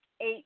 eight